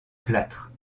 plâtre